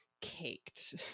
caked